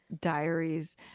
diaries